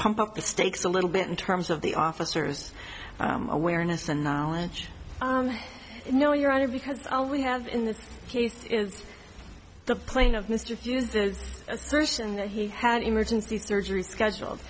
pump up the stakes a little bit in terms of the officers awareness and knowledge no your honor because all we have in this case is the plain of mr hughes the assertion that he had emergency surgery scheduled